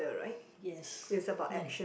yes